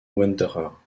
wanderers